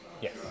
Yes